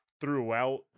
throughout